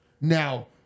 Now